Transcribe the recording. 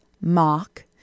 mock